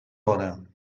hora